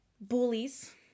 bullies